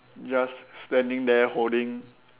just standing there holding